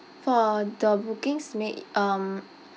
for the bookings made um